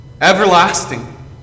everlasting